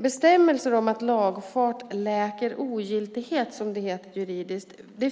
Bestämmelser om att lagfart läker ogiltighet, som det heter juridiskt,